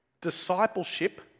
Discipleship